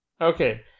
okay